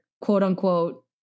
quote-unquote